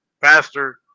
faster